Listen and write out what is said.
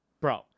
Bro